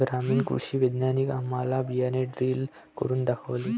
ग्रामीण कृषी वैज्ञानिकांनी आम्हाला बियाणे ड्रिल करून दाखवले